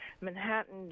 Manhattan